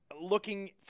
looking